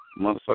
Motherfucker